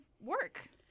work